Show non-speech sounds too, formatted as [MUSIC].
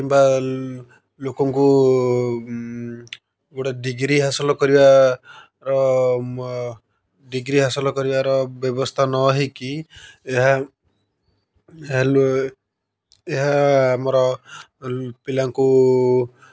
କିମ୍ବା ଲୋକଙ୍କୁ ଗୋଟେ ଡିଗ୍ରୀ ହାସଲ କରିବାର ଡିଗ୍ରୀ ହାସଲ କରିବାର ବ୍ୟବସ୍ଥା ନହୋଇକି ଏହା [UNINTELLIGIBLE] ଏହା ଆମର ପିଲାଙ୍କୁ